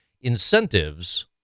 incentives